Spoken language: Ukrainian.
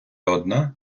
одна